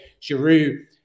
Giroud